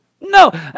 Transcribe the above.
No